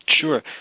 Sure